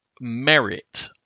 merit